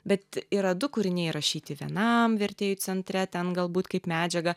bet yra du kūriniai rašyti vienam vertėjui centre ten galbūt kaip medžiaga